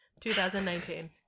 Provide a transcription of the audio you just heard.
2019